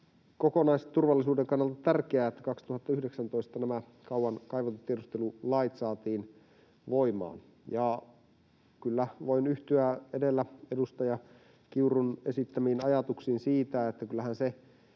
kokonaisturvallisuuden kannalta tärkeää, että 2019 saatiin voimaan nämä kauan kaivatut tiedustelulait. Ja kyllä, voin yhtyä edellä edustaja Kiurun esittämiin ajatuksiin siitä, että kyllähän se